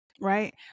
right